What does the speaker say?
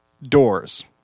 doors